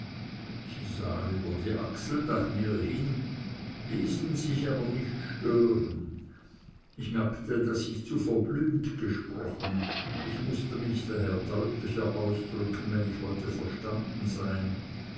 sie sahen über die achseln nach mir hin ließen sich aber nicht stören ich merkte daß ich zu verblümt gesprochen ich mußte mich daher deutlicher ausdrücken wenn ich wollte verstanden sein